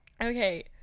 Okay